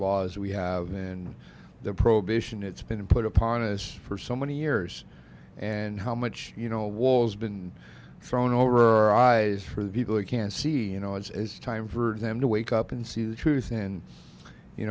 laws we have in the prohibition it's been put upon us for so many years and how much you know war has been thrown over our eyes for the people you can see you know it's time for them to wake up and see the truth in you